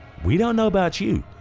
we don't know about you,